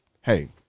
hey